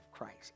Christ